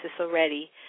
already